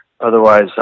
otherwise